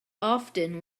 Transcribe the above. often